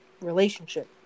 relationship